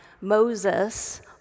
Moses